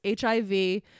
HIV